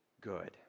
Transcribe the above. good